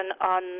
on